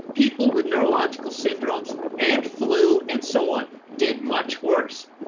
people with neurological syndromes and flu and so on, did much worse.